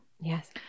Yes